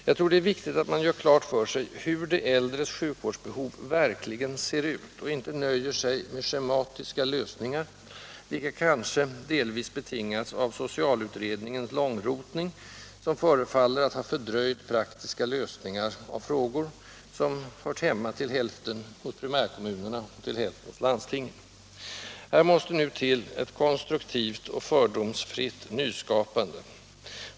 Jag tror det är viktigt att man gör klart för sig hur de äldres sjuk vårdsbehov verkligen ser ut och inte nöjer sig med schematiska lösningar, vilka kanske delvis betingats av socialutredningens långrotning, som förefaller att ha fördröjt praktiska lösningar av frågor som hört hemma till hälften hos primärkommunerna, till hälften hos landstingen. Här måste nu till ett konstruktivt och fördomsfritt nyskapande.